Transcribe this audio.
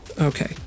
Okay